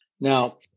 Now